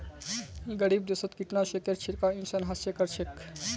गरीब देशत कीटनाशकेर छिड़काव इंसान हाथ स कर छेक